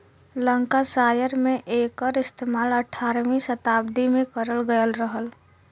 Lancashire में एकर इस्तेमाल अठारहवीं सताब्दी में करल गयल रहल